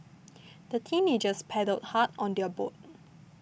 the teenagers paddled hard on their boat